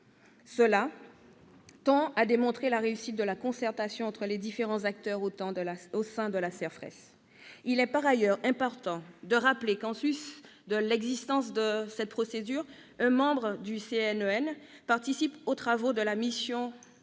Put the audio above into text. Cela tend à démontrer la réussite de la concertation entre les différents acteurs au sein de la CERFRES. Il est par ailleurs important de rappeler que, en sus de l'existence de cette procédure, un membre du CNEN participe aux travaux de la commission et que la CERFRES